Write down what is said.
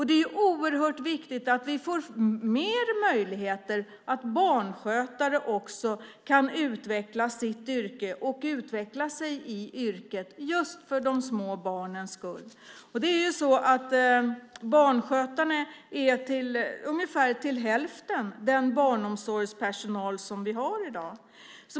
Det är oerhört viktigt att det finns mer möjligheter för barnskötare att utveckla sitt yrke och utveckla sig i yrket just för de små barnens skull. Barnskötarna är ungefär till hälften den barnomsorgspersonal som vi har i dag.